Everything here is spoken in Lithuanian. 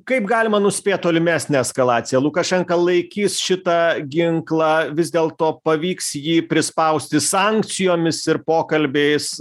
kaip galima nuspėt tolimesnę eskalaciją lukašenka laikys šitą ginklą vis dėl to pavyks jį prispausti sankcijomis ir pokalbiais